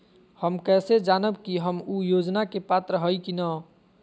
हम कैसे जानब की हम ऊ योजना के पात्र हई की न?